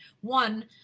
One